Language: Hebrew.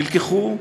התקבלו,